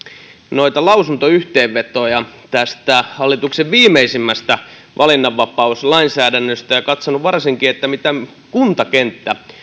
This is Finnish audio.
noita lausuntoyhteenvetoja tästä hallituksen viimeisimmästä valinnanvapauslainsäädännöstä ja katsonut varsinkin mitä kuntakenttä